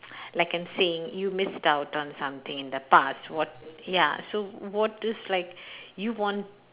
like I'm saying you missed out on something in the past what ya so what is like you want